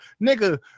Nigga